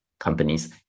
Companies